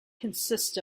consists